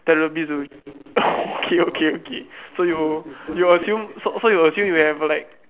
therapy zone okay okay okay so you you'll assume so so you'll assume you have like